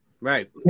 Right